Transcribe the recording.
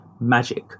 magic